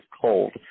cold